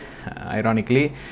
Ironically